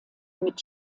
mit